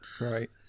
right